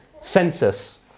census